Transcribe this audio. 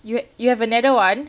you you have another one